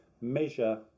measure